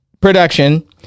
production